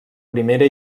primera